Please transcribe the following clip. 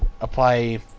apply